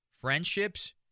friendships